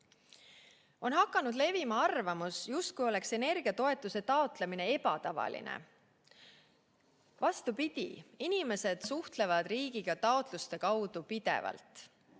On hakanud levima arvamus, justkui oleks energiatoetuse taotlemine ebatavaline. Vastupidi, inimesed suhtlevad riigiga taotluste kaudu pidevalt.